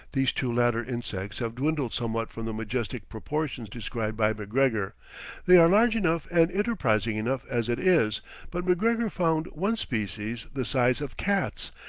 these two latter insects have dwindled somewhat from the majestic proportions described by mcgregor they are large enough and enterprising enough as it is but mcgregor found one species the size of cats,